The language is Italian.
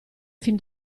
fin